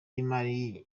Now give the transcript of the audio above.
y’imari